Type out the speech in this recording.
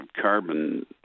carbon